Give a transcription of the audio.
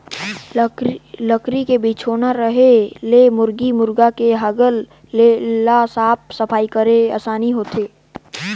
लकरी के बिछौना रहें ले मुरगी मुरगा के हगल ल साफ सफई करे में आसानी होथे